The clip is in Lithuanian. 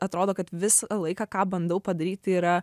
atrodo kad visą laiką ką bandau padaryt tai yra